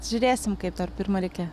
žiūrėsim kaip dar pirma reikia